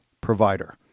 provider